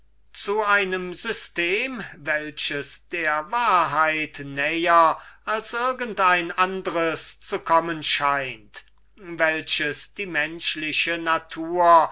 zu einem system welches der wahrheit näher zu kommen scheint als irgend ein anders welches die menschliche natur